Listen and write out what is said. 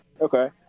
Okay